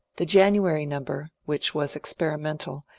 the january number, which was experimental,